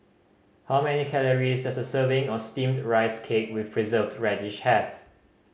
how many calories does a serving of Steamed Rice Cake with Preserved Radish have